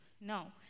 no